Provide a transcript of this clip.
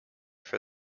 for